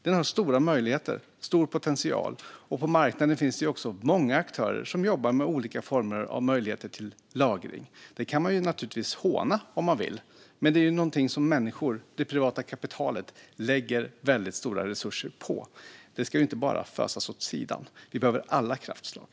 Den har stora möjligheter och stor potential. På marknaden finns det också många aktörer som jobbar med olika möjligheter till lagring. Detta kan man naturligtvis håna om man vill, men det är någonting som människor - det privata kapitalet - lägger väldigt stora resurser på. Det ska inte bara fösas åt sidan. Vi behöver alla kraftslag.